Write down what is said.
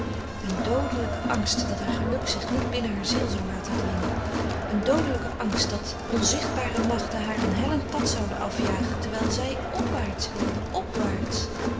een doodelijke angst dat haar geluk zich niet binnen hare ziel zou laten dwingen een doodelijke angst dat onzichtbare machten haar een hellend pad zouden afjagen terwijl zij opwaarts wilde opwaarts